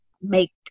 make